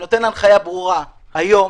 אני נותן הנחייה ברורה היום,